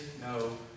no